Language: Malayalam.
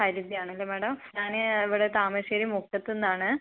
ഹരിതയാണല്ലേ മാഡം ഞാൻ ഇവിടെ താമരശ്ശേരി മുക്കത്തിന്നാണ്